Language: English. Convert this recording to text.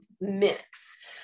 mix